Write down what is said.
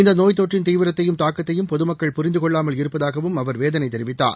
இந்த நோய் தொற்றின் தீவிரத்தையும் தாக்கத்தையும் பொதுமக்கள் புரிந்து கொள்ளாமல் இருப்பதாகவும் அவா வேதனை தெரிவித்தார்